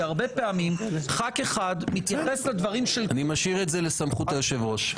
הרבה פעמים ח"כ אחד מתייחס לדברים- -- משאיר את זה לסמכות היושב-ראש.